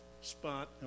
spot